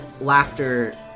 laughter